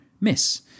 miss